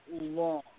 long